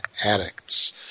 addicts